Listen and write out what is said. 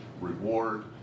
reward